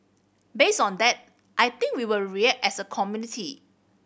based on that I think we will react as a community